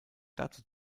dazu